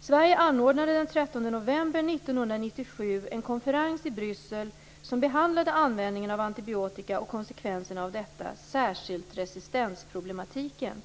Sverige anordnade den 13 november 1997 en konferens i Bryssel som behandlade användningen av antibiotika och konsekvenserna av detta, särskilt resistensproblematiken.